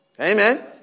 Amen